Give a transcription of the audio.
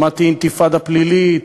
שמעתי: אינתיפאדה פלילית.